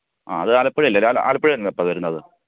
ആ അത് ആലപ്പുഴ അല്ലെ ആലപ്പുഴയിൽനിന്ന് അപ്പം അത് വരുന്നത്